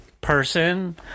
person